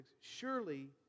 Surely